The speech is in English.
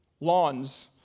lawns